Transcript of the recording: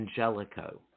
Angelico